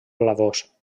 blavós